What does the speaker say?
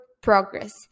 progress